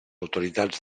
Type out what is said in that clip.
autoritats